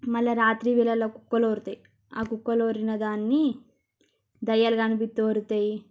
మళ్ళా రాత్రివేళల కుక్కలు వోర్లుతాయ్ ఆ కుక్కలు వోర్లిన గానీ దెయ్యాలు కనిపిస్తే వోర్లుతాయి